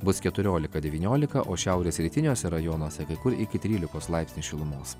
bus keturiolika devyniolika o šiaurės rytiniuose rajonuose kai kur iki trylikos laipsnių šilumos